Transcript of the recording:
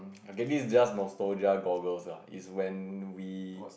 okay this is just nostalgia goggles lah is when we